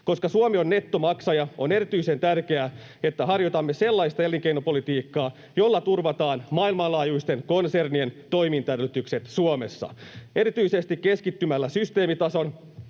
Koska Suomi on nettomaksaja, on erityisen tärkeää, että harjoitamme sellaista elinkeinopolitiikkaa, jolla turvataan maailmanlaajuisten konsernien toimintaedellytykset Suomessa. Erityisesti keskittymällä systeemitason